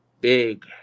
big